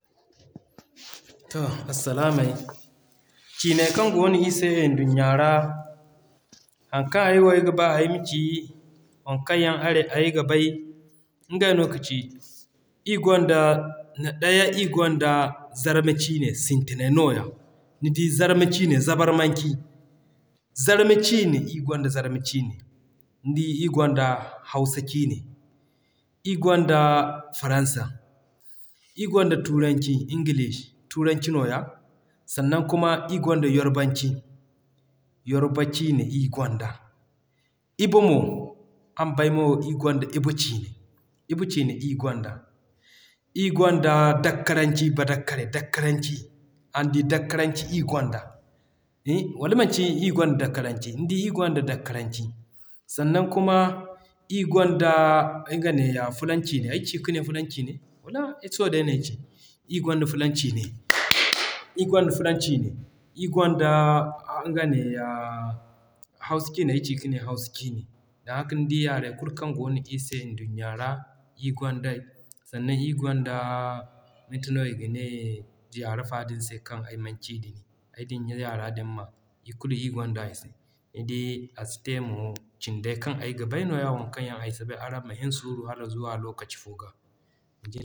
To arsilaamay Ciinay kaŋ goono ir se nduɲɲa ra. Haŋ kaŋ ay wo ayga ba ay ma ci waŋ kaŋ yaŋ ayga bay, ngey no ka ci ir gonda, daya ir gonda: Zarma Ciine sintinay nooya nidi Zarma Ciine Zabarmanci, Zarma Ciine ir gonda Zarma Ciine, nidi ir gonda Hausa Ciine, ir gonda Faransa, ir gonda Turanci English turanci nooya, sanan ir gonda Yorubanci, Yoruba Ciine ir gonda, Igbo mo araŋ bay ir gonda Igbo Ciine Igbo Ciine ir gonda, ir gonda Dakkaranci Badakkare Dakkaranci araŋ di Dakkaranci ir gonda hin. Wala manci ir gonda Dakkaranci nidi ir gonda Dakkaranci. Sannan ir gonda nga neeya Fulan Ciine. Ay ci kane Fulan Ciine? Sohõ day no ay ci, iri gonda Fulan Ciine ir gonda Fulan Ciine. Iri gonda nga neeya Hausa Ciine ay ci ka ne Hausa Ciine. Dan haka nidi yarey kulu kaŋ goono iri se nduɲɲa ra ir gonda sannan ir gonda mate no i ga ne yare fa din se kaŋ ay maŋ ci din ay diɲa yara din ma, i kulu ir gonda. Nidi a si te mo cindey kaŋ yaŋ ayga bay nooya waŋ kaŋ yaŋ ay si bay mo araŋ ma hin suuru hala zuwa lokaci fo ga.